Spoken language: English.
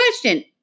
question